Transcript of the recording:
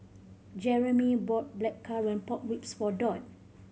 Jeramy bought Blackcurrant Pork Ribs for Dot